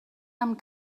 amb